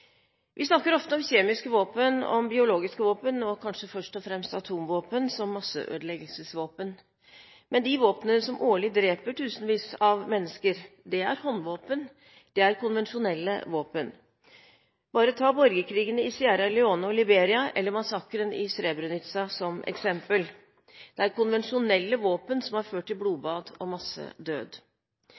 Vi snakker ofte om kjemiske våpen, om biologiske våpen, og kanskje først og fremst om atomvåpen som masseødeleggelsesvåpen. Men de våpnene som årlig dreper tusenvis av mennesker, er håndvåpen – det er konvensjonelle våpen. Bare ta borgerkrigene i Sierra Leone og Liberia eller massakren i Srebrenica som eksempel. Det er konvensjonelle våpen som har ført til blodbad og